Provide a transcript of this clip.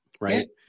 Right